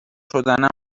شدنم